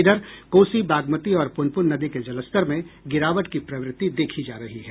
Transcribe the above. इधर कोसी बागमती और प्रनपुन नदी के जलस्तर में गिरावट की प्रवृत्ति देखी जा रही है